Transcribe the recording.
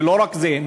ולא רק זה,